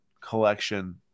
collection